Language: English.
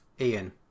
Ian